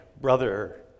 brother